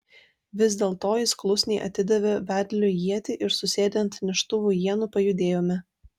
vis dėlto jis klusniai atidavė vedliui ietį ir susėdę ant neštuvų ienų pajudėjome